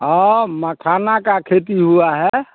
हाँ मखाना का खेती हुआ है